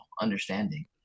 understanding